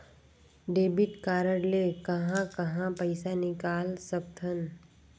Debit card ले कहां कहां पइसा निकाल सकथन?